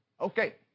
Okay